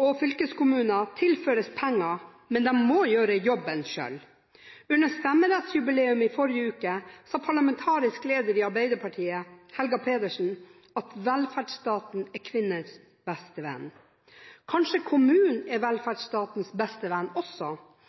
og fylkeskommuner tilføres penger, men de må gjøre jobben selv. Under stemmerettsjubileet i forrige uke sa parlamentarisk leder i Arbeiderpartiet Helga Pedersen at velferdsstaten er kvinners beste venn. Kanskje er også kommunen velferdsstatens beste venn. Det er